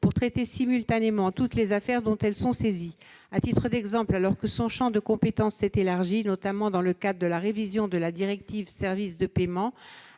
pour traiter simultanément toutes les affaires dont elles sont saisies. À titre d'exemple, alors que son champ de compétences s'est élargi, notamment dans le cadre de la révision de la directive Services de paiement,